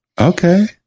Okay